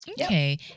Okay